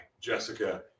Jessica